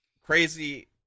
crazy